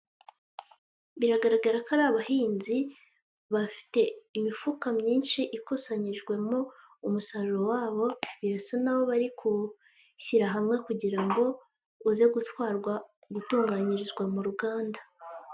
Biragaragara ko ari abahinzi bafite imifuka myinshi ikusanyirijwemo umusaruro wabo; birasa naho bari ku shyira hamwe kugira ngo uze gutwarwa gutunganyirizwa m'uruganda.